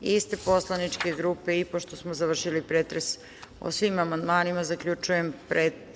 iste poslaničke grupe. Pošto smo završili pretres o svim amandmanima, zaključujem pretres